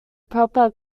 proper